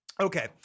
Okay